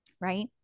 right